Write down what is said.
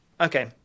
Okay